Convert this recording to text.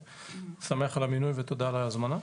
שמח על המינוי ותודה על ההזמנה.